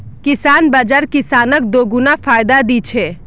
किसान बाज़ार किसानक दोगुना फायदा दी छे